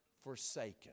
forsaken